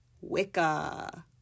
Wicca